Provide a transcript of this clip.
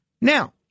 Now